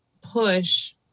push